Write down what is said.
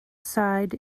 side